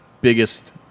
biggest